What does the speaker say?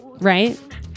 right